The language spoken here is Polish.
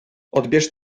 odbierz